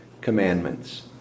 Commandments